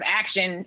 action